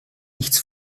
nichts